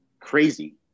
Crazy